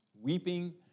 weeping